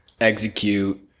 execute